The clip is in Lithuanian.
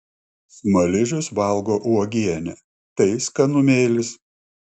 smaližius valgo uogienę tai skanumėlis